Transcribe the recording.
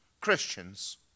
Christians